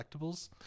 collectibles